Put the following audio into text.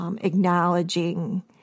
Acknowledging